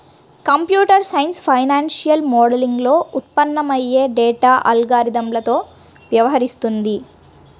computer science financial మోడలింగ్లో ఉత్పన్నమయ్యే data అల్గారిథమ్లతో వ్యవహరిస్తుంది